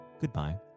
goodbye